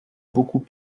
beaucoup